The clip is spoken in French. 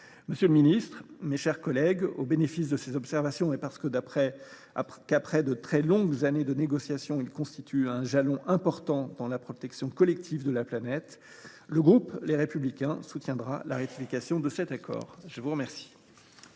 Monsieur le ministre, mes chers collègues, au bénéfice de ces observations et parce que, après de très longues années de négociations, cet accord constitue un jalon important dans la protection collective de la planète, le groupe Les Républicains soutiendra sa ratification. La parole est à M.